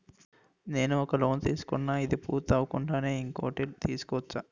నేను ఒక లోన్ తీసుకున్న, ఇది పూర్తి అవ్వకుండానే ఇంకోటి తీసుకోవచ్చా?